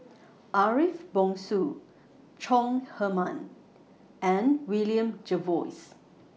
Ariff Bongso Chong Heman and William Jervois